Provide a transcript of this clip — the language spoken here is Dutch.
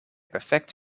perfect